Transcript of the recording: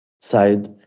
side